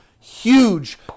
huge